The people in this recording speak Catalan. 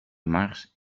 març